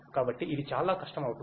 కాబట్టి ఇది చాలా కష్టం అవుతుంది